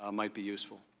ah might be useful?